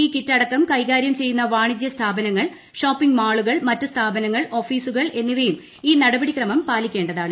E kit അടക്കം കൈകാര്യം ചെയ്യുന്ന വാണിജ്യ സ്ഥാപനങ്ങൾ ് ഷോപ്പിംഗ് മാളുകൾ മറ്റ് സ്ഥാപനങ്ങൾ ഓഫീസുകൾ എന്നിവയും ഈ നടപടിക്രമം പാലിക്കേണ്ടതാണ്